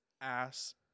ass